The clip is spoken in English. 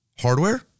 Hardware